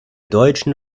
deutschen